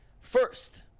First